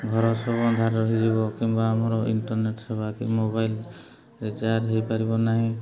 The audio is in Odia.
ଘର ସବୁ ଅନ୍ଧାର ହେଇଯିବ କିମ୍ବା ଆମର ଇଣ୍ଟର୍ନେଟ୍ ସେବା କି ମୋବାଇଲ୍ ରିଚାର୍ଜ ହେଇପାରିବ ନାହିଁ